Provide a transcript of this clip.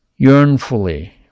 yearnfully